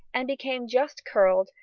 and became just curled,